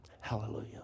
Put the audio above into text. Hallelujah